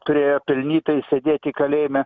turėjo pelnytai sėdėti kalėjime